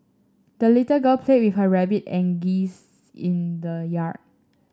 the little girl played with her rabbit and geese in the yard